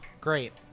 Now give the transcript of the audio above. Great